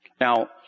Now